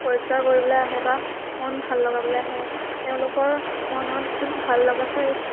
পৰিষ্কাৰ কৰিবলে আহে বা মন ভাল লগাবলে আহে তেওঁলোকৰ মনত ভাল লগা চাৰি